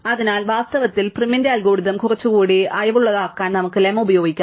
അതിനാൽ വാസ്തവത്തിൽ പ്രൈമിന്റെ അൽഗോരിതം കുറച്ചുകൂടി അയവുള്ളതാക്കാൻ നമുക്ക് ലെമ ഉപയോഗിക്കാം